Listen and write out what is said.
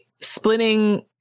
splitting